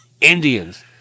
Indians